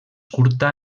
curta